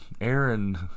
Aaron